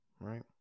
right